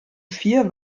vier